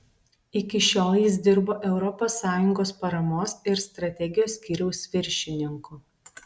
iki šiol jis dirbo europos sąjungos paramos ir strategijos skyriaus viršininku